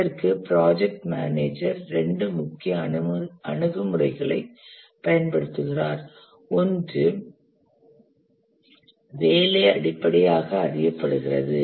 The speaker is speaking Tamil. இதற்கு ப்ராஜெக்ட் மேனேஜர் இரண்டு முக்கிய அணுகுமுறைகளை பயன்படுத்துகிறார் ஒன்று வேலை அடிப்படையாக அறியப்படுகிறது